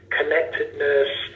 connectedness